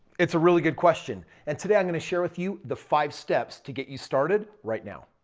it's a really good question. and today i'm going to share with you the five steps to get you started right now.